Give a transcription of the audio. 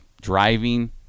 driving